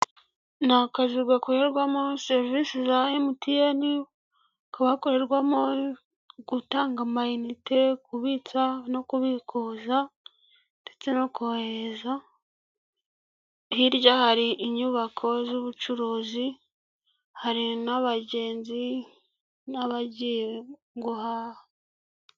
Ni akazu gakorerwamo serivisi za MTN, hakaba hakorerwamo gutanga amayinite, kubitsa no kubikuza ndetse no kohereza, hirya hari inyubako z'ubucuruzi, hari n'abagenzi n'abagiye guhaha.